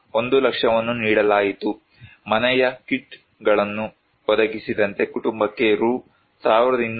1 ಲಕ್ಷವನ್ನು ನೀಡಲಾಯಿತು ಮನೆಯ ಕಿಟ್ಗಳನ್ನು ಒದಗಿಸಿದಂತೆ ಕುಟುಂಬಕ್ಕೆ ರೂ